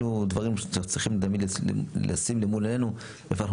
אלה דברים שאנחנו צריכים תמיד לשים למול עינינו איפה אנחנו